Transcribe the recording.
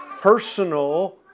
personal